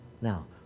Now